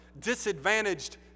disadvantaged